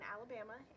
Alabama